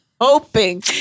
hoping